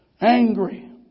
Angry